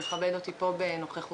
שמכבד אותנו בנוכחותו,